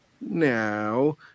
now